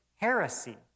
heresy